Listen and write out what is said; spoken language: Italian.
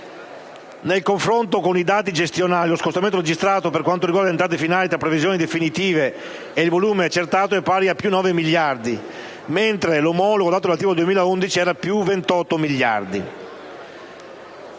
Nel confronto con i dati gestionali, lo scostamento registrato, per quanto riguarda le entrate finali, tra previsioni definitive e il volume accertato, è stato pari ad un aumento di 9 miliardi, mentre l'omologo dato relativo al 2011 era pari